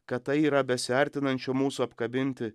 kad tai yra besiartinančio mūsų apkabinti